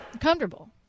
Comfortable